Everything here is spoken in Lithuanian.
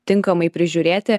tinkamai prižiūrėti